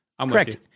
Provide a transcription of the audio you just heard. Correct